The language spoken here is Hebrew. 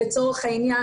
לצורך העניין.